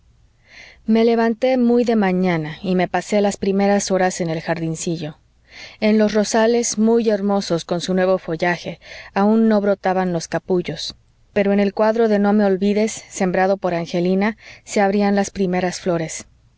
me levanté muy de mañana y me pasé las primeras horas en el jardincillo en los rosales muy hermosos con su nuevo follaje aun no brotaban los capullos pero en el cuadro de no me olvides sembrado por angelina se abrían las primeras flores